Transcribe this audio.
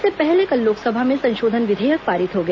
इससे पहले कल लोकसभा में संशोधन विधेयक पारित हो गया